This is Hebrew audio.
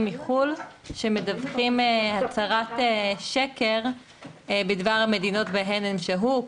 מחו"ל שמדווחים הצהרת שקר בדבר המדינות בהן הם שהו,